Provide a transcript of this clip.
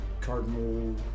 cardinal